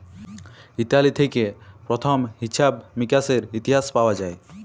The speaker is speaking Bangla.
ইতালি থেক্যে প্রথম হিছাব মিকাশের ইতিহাস পাওয়া যায়